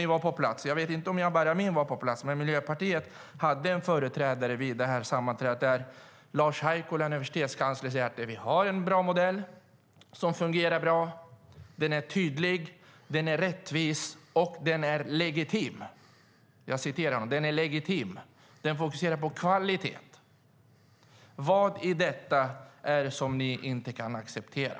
Jag vet inte om Jabar Amin var på plats, men Miljöpartiet hade en företrädare vid detta sammanträde då universitetskansler Lars Haikola sade att vi har en bra modell. Ni minns kanske det. Modellen fungerar bra, den är tydlig, den är rättvis och den är legitim. Så sade han. Den fokuserar på kvalitet. Vad i detta är det som ni inte kan acceptera?